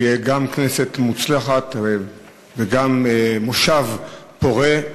גם שתהיה כנסת מוצלחת וגם שיהיה מושב פורה.